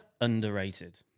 underrated